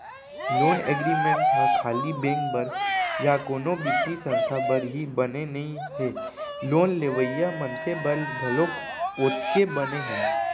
loan agreement ह खाली bank बर या कोनो बित्तीय संस्था बर ही बने नइ हे लोन लेवइया मनसे बर घलोक ओतके बने हे